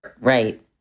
Right